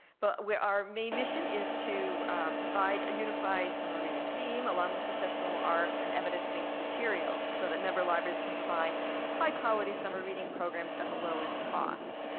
but our main mission is to provide a unified summer reading theme along with professional art and evidence-based materials so that member libraries can provide high quality summer reading programs at the lowest cost.